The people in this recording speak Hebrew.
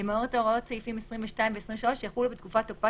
למעט הוראות סעיפים 22 ו-23 שיחולו בתקופת תוקפה